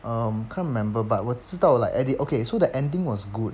um can't remember but 我知道 like at the okay so the ending was good